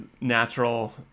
natural